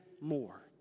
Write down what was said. more